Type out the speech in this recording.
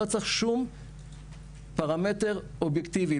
לא צריך שום פרמטר אובייקטיבי,